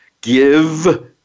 give